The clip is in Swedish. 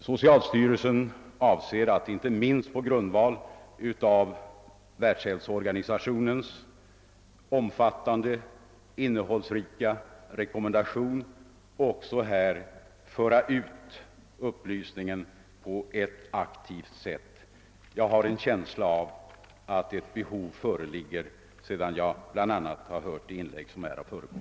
Socialstyrelsen avser, inte minst på grundval av Världshälsoorganisationens omfattande och innehållsrika rekommendation, att informera och ge upplysning på ett aktivt sätt. Jag har en känsla av att det föreligger ett behov härav, inte minst sedan jag hört de inlägg som nu förekommit.